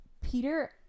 Peter